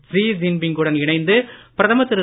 she Jinping குடன் இணைந்து பிரதமர் திரு